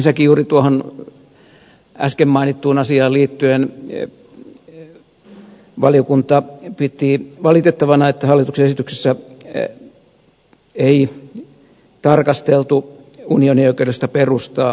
ensinnäkin juuri tuohon äsken mainittuun asiaan liittyen valiokunta piti valitettavana että hallituksen esityksessä ei tarkasteltu unionioikeudellista perustaa sopimusjärjestelylle